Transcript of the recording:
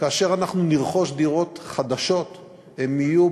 כאשר אנחנו נרכוש דירות חדשות הן יהיו,